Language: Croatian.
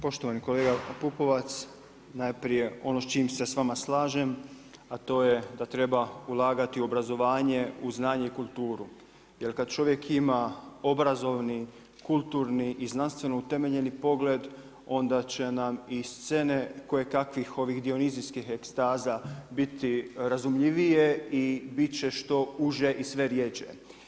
Poštovani kolega PUpovac, najprije ono s čim se s vama slažem, a to je da treba ulagati u obrazovanje, u znanje i kulturu jer kada čovjek ima obrazovni, kulturni i znanstveno utemelji pogled onda će nam i scene koje kakvih ovih dionizijskih ekstaza biti razumljivije i bit će što uže i sve rjeđe.